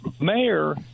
mayor